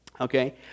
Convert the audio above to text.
okay